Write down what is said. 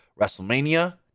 WrestleMania